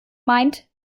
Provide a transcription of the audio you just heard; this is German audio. meint